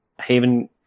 Haven